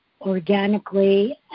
organically